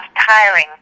tiring